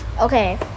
okay